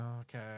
Okay